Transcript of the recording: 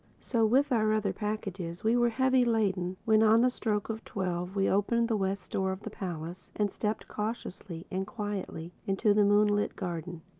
so, with our other packages, we were heavy laden when on the stroke of twelve we opened the west door of the palace and stepped cautiously and quietly into the moonlit garden.